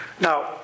Now